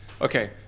Okay